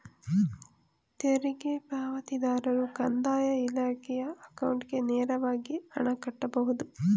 ತೆರಿಗೆ ಪಾವತಿದಾರರು ಕಂದಾಯ ಇಲಾಖೆಯ ಅಕೌಂಟ್ಗೆ ನೇರವಾಗಿ ಹಣ ಕಟ್ಟಬಹುದು